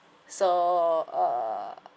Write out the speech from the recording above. so uh